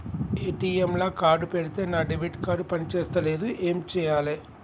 ATM లా card పెడితే నా డెబిట్ కార్డ్ పని చేస్తలేదు ఏం చేయాలే?